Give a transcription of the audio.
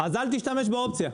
אז אל תשתמש באופציה.